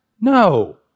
No